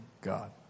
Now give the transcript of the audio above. God